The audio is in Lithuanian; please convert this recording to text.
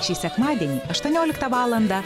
šį sekmadienį aštuonioliktą valandą